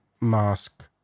mask